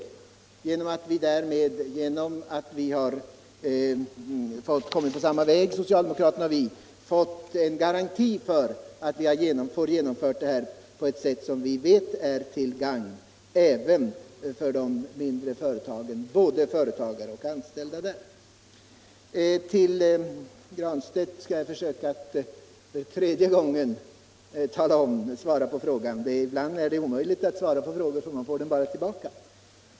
Genom att socialdemokraterna och vi kommit på samma linje har vi fått garanti för att vi får reformen genomförd på ett sätt som vi vet är till gagn både för de mindre företagen och för de anställda vid dessa företag. Jag skall försöka att för tredje gången svara på herr Granstedts fråga. Ibland är det omöjligt att svara på frågor — man får dem bara tillbaka.